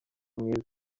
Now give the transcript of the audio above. mwiza